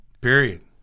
Period